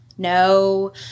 no